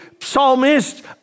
psalmist